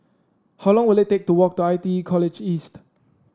how long will it take to walk to I T E College East